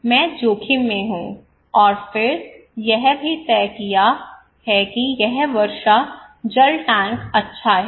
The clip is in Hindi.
मैं जोखिम में हूं और फिर यह भी तय किया है कि यह वर्षा जल टैंक अच्छा है